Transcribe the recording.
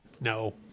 No